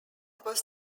was